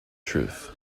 truth